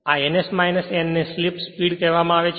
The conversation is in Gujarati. આ ns n ને સ્લિપ સ્પીડ કહેવામાં આવે છે